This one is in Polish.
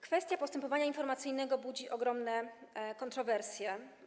Kwestia postępowania informacyjnego budzi ogromne kontrowersje.